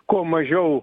kuo mažiau